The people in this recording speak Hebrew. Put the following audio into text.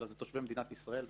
אלא אלה תושבי מדינת ישראל.